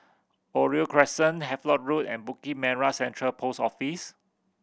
Oriole Crescent Havelock Road and Bukit Merah Central Post Office